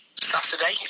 Saturday